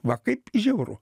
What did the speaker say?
va kaip žiauru